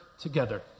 together